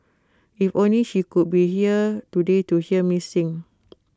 if only she could be here today to hear me sing